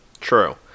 true